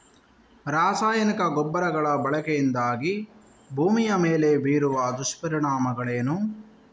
ರಾಸಾಯನಿಕ ಗೊಬ್ಬರಗಳ ಬಳಕೆಯಿಂದಾಗಿ ಭೂಮಿಯ ಮೇಲೆ ಬೀರುವ ದುಷ್ಪರಿಣಾಮಗಳೇನು?